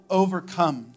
overcome